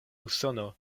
usono